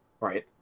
right